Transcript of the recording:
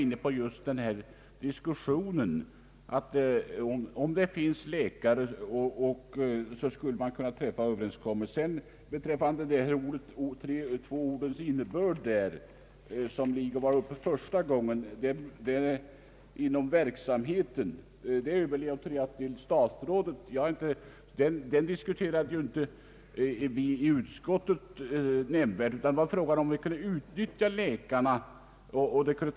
Flera ledamöter var inne på tanken att om det finns läkare som vill åtaga sig detta merarbete så borde det kunna träffas överenskommelser därom. Beträffande innebörden av de två ord som herr Lidgard berörde första gången, nämligen »inom verksamheten», så överlåter jag till statsrådet att ta upp den saken. I utskottet diskuterade vi inte detta nämnvärt, utan där var frågan om man kunde utnyttja läkarnas kapacitet bättre.